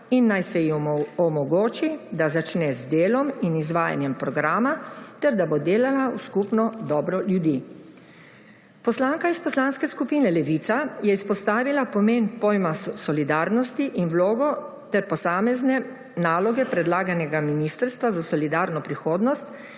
in naj se ji omogoči, da začne z delom in izvajanjem programa, ter da bo delala v skupno dobro ljudi. Poslanka iz Poslanske skupine Levica je izpostavila pomen pojma solidarnosti in vlogo ter posamezne naloge predlaganega ministrstva za solidarno prihodnost